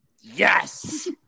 Yes